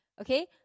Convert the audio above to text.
Okay